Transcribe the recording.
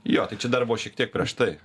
jo tai čia dar buvo šiek tiek prieš tai